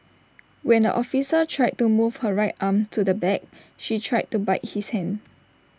when the officer tried to move her right arm to the back she tried to bite his hand